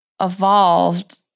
evolved